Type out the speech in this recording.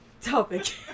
topic